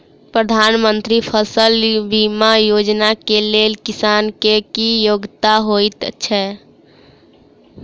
प्रधानमंत्री फसल बीमा योजना केँ लेल किसान केँ की योग्यता होइत छै?